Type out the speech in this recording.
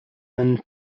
than